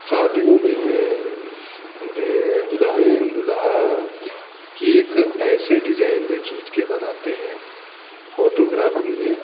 शादियों में है यह दुल्हन दूल्हा की एक ऐसे डिजाइन में खींचकर बनाते हैं फ़ोटोग्राफ़ी में